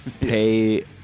pay